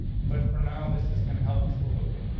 but for now, this is going to help us a little bit.